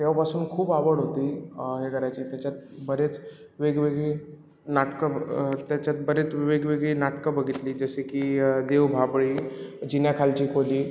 तेव्हापासून खूप आवड होती हे करायची त्याच्यात बरेच वेगवेगळी नाटकं त्याच्यात बरेच वेगवेगळी नाटकं बघितली जसे की देवबाभळी जिन्याखालची खोली